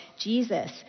Jesus